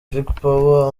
vigpower